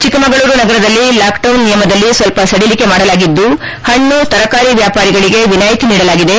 ಚಕ್ಕಮಗಳೂರು ನಗರದಲ್ಲಿ ಲಾಕ್ಡೌನ್ ನಿಯಮದಲ್ಲಿ ಸ್ವಲ್ಪ ಸಡಿಲಿಕೆ ಮಾಡಲಾಗಿದ್ದು ಪಣ್ಣು ತರಕಾರಿ ವ್ಯಾಪಾರಿಗಳಿಗೆ ವಿನಾಯಿತಿ ನೀಡಲಾಗಿದೆ